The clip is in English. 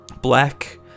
black